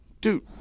Dude